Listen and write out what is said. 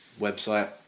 website